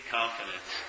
confidence